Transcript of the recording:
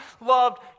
loved